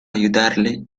ayudarle